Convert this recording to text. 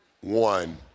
one